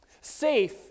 safe